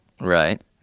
right